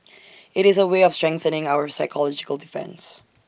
IT is A way of strengthening our psychological defence